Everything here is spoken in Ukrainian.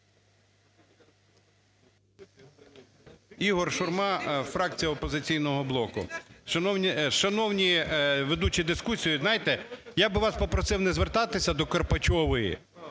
Ігор Шурма, фракція "Опозиційного блоку". Шановні ведучі дискусії, знаєте, я би вас попросив не звертатися до Карпачової,